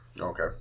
okay